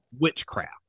witchcraft